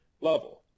level